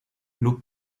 club